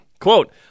Quote